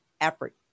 effort